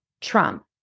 Trump